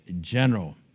general